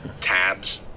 tabs